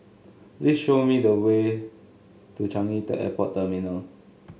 please show me the way to Changi the Airport Terminal